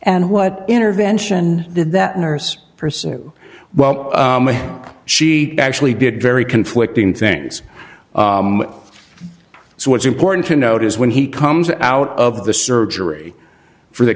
and what intervention did that nurse person well she actually did very conflicting things so what's important to note is when he comes out of the surgery for the